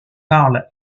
parle